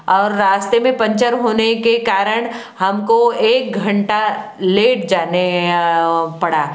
और रास्ते में पंचर होने के कारण हमको एक घंटा लेट जाने पड़ा